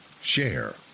share